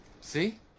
See